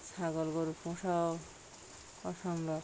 ছাগল গোরু পোষাও পছন্দ